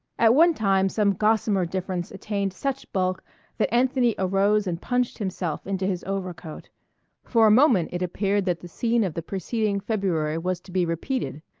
at one time some gossamer difference attained such bulk that anthony arose and punched himself into his overcoat for a moment it appeared that the scene of the preceding february was to be repeated,